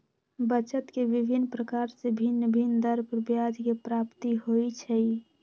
बचत के विभिन्न प्रकार से भिन्न भिन्न दर पर ब्याज के प्राप्ति होइ छइ